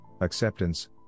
acceptance